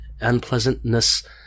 unpleasantness